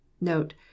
Note